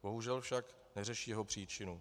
Bohužel však neřeší jeho příčiny.